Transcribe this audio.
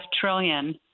trillion